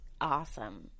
awesome